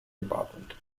department